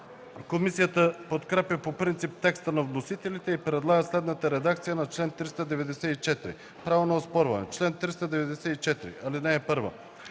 Комисията подкрепя по принцип текста на вносителите и предлага следната редакция на чл. 394: „Право на оспорване Чл. 394. (1)